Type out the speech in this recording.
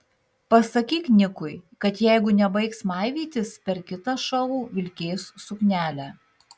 pasakyk nikui kad jeigu nebaigs maivytis per kitą šou vilkės suknelę